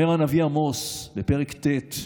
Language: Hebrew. אומר הנביא עמוס בפרק ט':